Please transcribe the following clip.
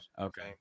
okay